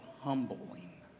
humbling